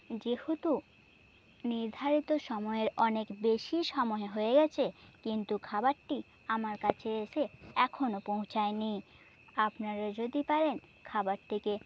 যেহেতু নির্ধারিত সময়ের অনেক বেশি সময় হয়ে গেছে কিন্তু খাবারটি আমার কাছে এসে এখনো পৌঁছায়নি আপনারা যদি পারেন খাবারটিকে